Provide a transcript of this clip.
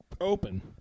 open